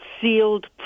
sealed